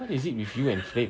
what is it with you and frames